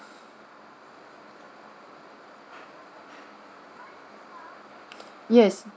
yes